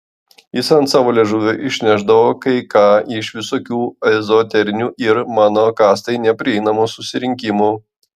jis ant savo liežuvio išnešdavo kai ką iš visokių ezoterinių ir mano kastai neprieinamų susirinkimų